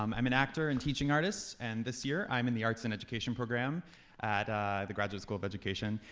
um i'm an actor and teaching artist. and this year, i'm in the arts in education program at the graduate school of education.